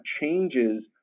changes